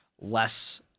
less